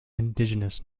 indigenous